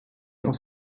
aus